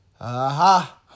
Aha